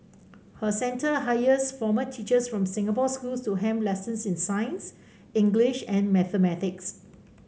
her center hires former teachers from Singapore schools to helm lessons in science English and mathematics